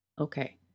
Okay